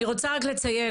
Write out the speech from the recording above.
אני רוצה רק לציין,